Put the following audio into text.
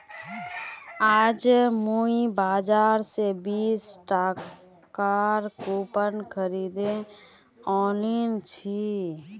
आज मुई बाजार स बीस टकार कूपन खरीदे आनिल छि